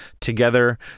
Together